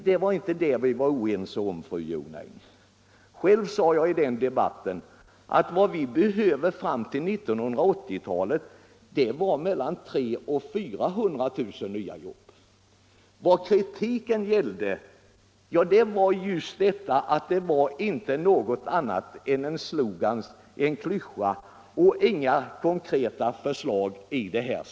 Det var inte det vi var oense om, fru Jonäng. Själv sade jag i den debatten att vad vi behövde fram till 1980-talet var mellan 300 000 och 400 000 nya jobb. Kritiken gällde just att centerns uttalande bara var en slogan, en klyscha, och inte innehöll något konkret förslag i sammanhanget.